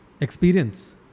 experience